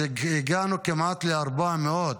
אז הגענו כמעט ל-400,